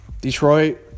Detroit